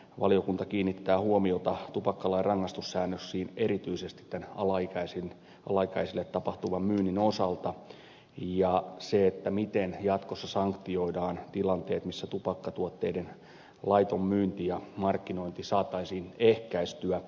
valiokunta kiinnittää huomiota tupakkalain rangaistussäännöksiin erityisesti tämän alaikäisille tapahtuvan myynnin osalta ja siihen miten jatkossa sanktioidaan tilanteet jotta tupakkatuotteiden laiton myynti ja markkinointi saataisiin ehkäistyä